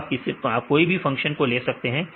तो आप कोई भी फंक्शन ले सकते हैं